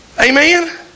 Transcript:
amen